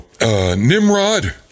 Nimrod